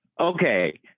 Okay